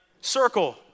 circle